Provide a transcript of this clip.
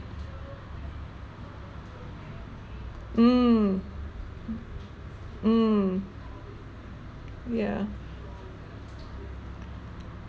mm mm yeah